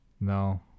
No